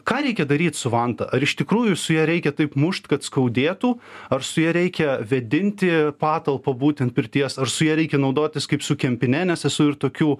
ką reikia daryt su vanta ar iš tikrųjų su ja reikia taip mušt kad skaudėtų ar su ja reikia vėdinti patalpą būtent pirties ar su ja reikia naudotis kaip su kempine nes esu ir tokių